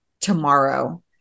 tomorrow